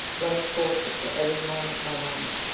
life's forces were ebbing moment by moment.